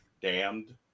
damned